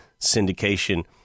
syndication